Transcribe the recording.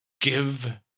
give